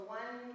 one